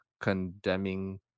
condemning